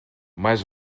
mas